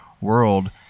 world